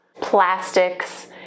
plastics